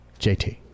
JT